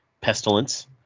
Pestilence